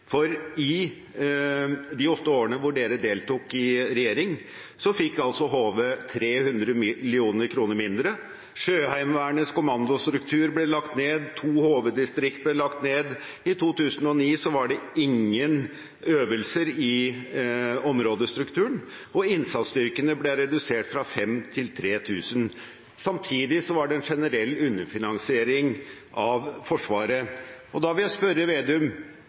politikk. I de åtte årene Senterpartiet deltok i regjering, fikk Heimevernet 300 mill. kr mindre. Sjøheimevernets kommandostruktur ble lagt ned. To HV-distrikter ble lagt ned. I 2009 var det ingen øvelser i områdestrukturen, og innsatsstyrkene ble redusert fra 5 000 til 3 000 personer. Samtidig var det en generell underfinansiering av Forsvaret. Da vil jeg spørre Slagsvold Vedum: